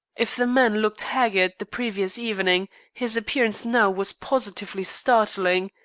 if the man looked haggard the previous evening his appearance now was positively startling,